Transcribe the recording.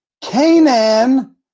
Canaan